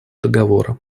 договора